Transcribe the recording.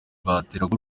bateraga